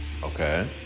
Okay